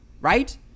right